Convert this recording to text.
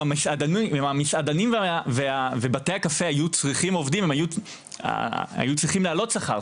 אם המסעדנים ובתי הקפה היו צריכים עובדים הם היו צריכים להעלות שכר.